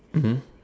mmhmm